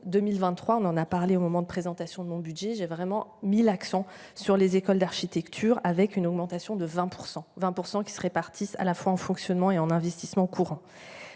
2023, on en a parlé au moment de présentation de mon budget, j'ai vraiment mis l'accent sur les écoles d'architecture avec une augmentation de 20 120 % qui se répartissent à la fois en fonctionnement et en investissement courant